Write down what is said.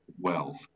wealth